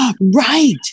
Right